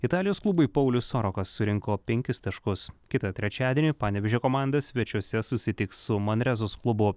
italijos klubui paulius sorokas surinko penkis taškus kitą trečiadienį panevėžio komanda svečiuose susitiks su manrezos klubu